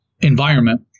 environment